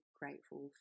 grateful